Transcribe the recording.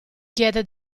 chiede